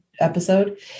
episode